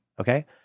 okay